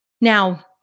Now